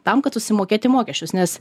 tam kad susimokėti mokesčius nes